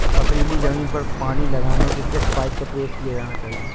पथरीली ज़मीन पर पानी लगाने के किस पाइप का प्रयोग किया जाना चाहिए?